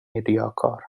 ریاکار